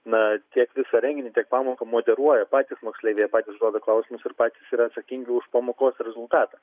na tiek visą renginį tiek pamoką moderuoja patys moksleiviai jie patys užduoda klausimus ir patys yra atsakingi už pamokos rezultatą